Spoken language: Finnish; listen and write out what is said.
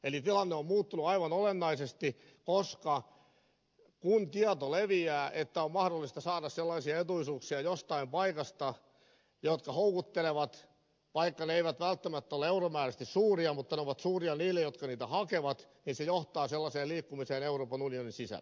eli tilanne on muuttunut aivan olennaisesti koska kun tieto leviää että on mahdollista saada jostain paikasta sellaisia etuisuuksia jotka houkuttelevat niin vaikka ne eivät välttämättä ole euromääräisesti suuria ne ovat suuria niille jotka niitä hakevat ja se johtaa sellaiseen liikkumiseen euroopan unionin sisällä